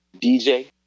DJ